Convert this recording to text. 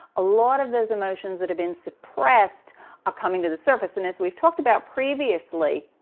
a lot of those emotions that have been suppressed are coming to the surface, and as we've talked about previously,